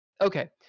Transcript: Okay